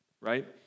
right